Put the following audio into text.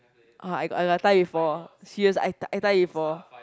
ah I got I got tie before serious I tie I tie before